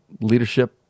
leadership